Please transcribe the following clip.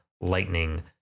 lightning